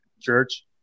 church